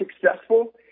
successful